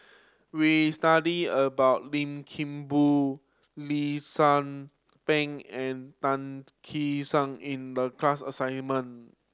we studied about Lim Kim Boon Lee Tzu Pheng and Tan Kee Sek in the class assignment